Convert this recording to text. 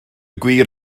gwir